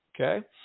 okay